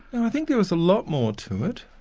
and i think there was a lot more to it.